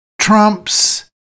Trumps